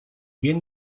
bien